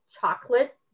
chocolate